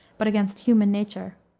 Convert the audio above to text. but against human nature.